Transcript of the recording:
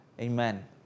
Amen